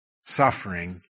suffering